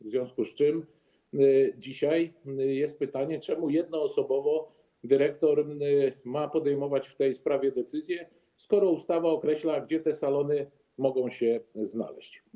W związku z tym dzisiaj jest pytanie, dlaczego jednoosobowo dyrektor ma podejmować w tej sprawie decyzje, skoro ustawa określa, gdzie te salony mogą się znaleźć.